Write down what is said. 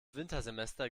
wintersemester